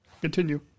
continue